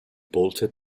bolted